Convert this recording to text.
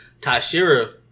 Tashira